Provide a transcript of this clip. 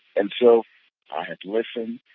and so i had to listen,